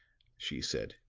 she said,